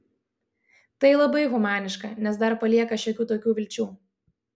tai labai humaniška nes dar palieka šiokių tokių vilčių